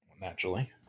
naturally